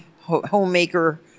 homemaker